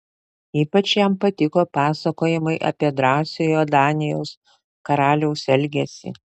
ypač jam patiko pasakojimai apie drąsiojo danijos karaliaus elgesį